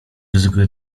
ryzykuję